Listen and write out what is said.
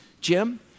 Jim